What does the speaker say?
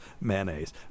mayonnaise